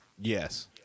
Yes